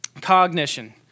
Cognition